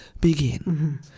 begin